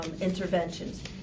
interventions